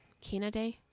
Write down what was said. Canada